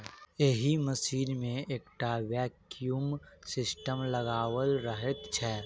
एहि मशीन मे एकटा वैक्यूम सिस्टम लगाओल रहैत छै